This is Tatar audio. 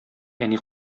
әни